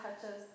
touches